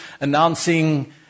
announcing